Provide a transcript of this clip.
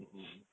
mm